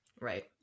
Right